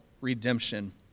redemption